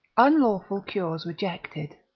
unlawful cures rejected.